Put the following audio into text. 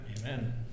Amen